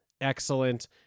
excellent